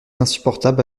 insupportable